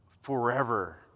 forever